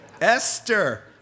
Esther